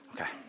Okay